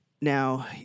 Now